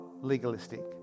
legalistic